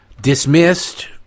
dismissed